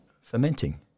fermenting